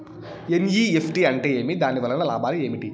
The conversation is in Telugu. ఎన్.ఇ.ఎఫ్.టి అంటే ఏమి? దాని వలన లాభాలు ఏమేమి